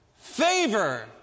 Favor